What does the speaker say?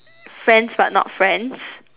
friends but not friends